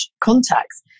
contacts